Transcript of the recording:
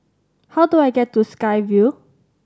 how do I get to Sky Vue